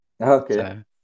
Okay